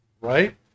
right